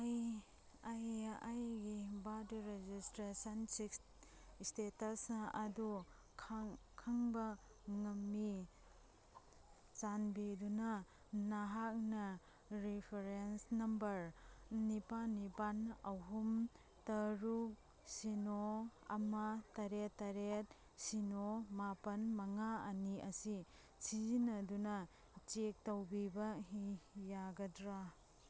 ꯑꯩ ꯑꯩꯒꯤ Bharat registration status ꯑꯗꯨ ꯈꯪꯕ ꯄꯥꯝꯃꯤ ꯆꯥꯟꯕꯤꯗꯨꯅ ꯅꯍꯥꯛꯅ ꯔꯤꯐꯔꯦꯟꯁ ꯅꯝꯕꯔ ꯅꯤꯄꯥꯟ ꯅꯤꯄꯥꯟ ꯑꯍꯨꯝ ꯇꯔꯨꯛ ꯁꯤꯅꯣ ꯑꯃ ꯇꯔꯦꯠ ꯇꯔꯦꯠ ꯁꯤꯅꯣ ꯃꯥꯄꯟ ꯃꯉꯥ ꯑꯅꯤ ꯑꯁꯤ ꯁꯤꯖꯤꯟꯅꯗꯨꯅ ꯆꯦꯛ ꯇꯧꯕꯤꯕ ꯌꯥꯒꯗ꯭ꯔꯥ